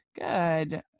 good